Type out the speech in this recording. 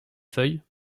feuilles